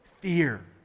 Fear